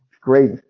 great